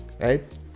Right